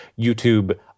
YouTube